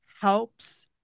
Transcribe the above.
helps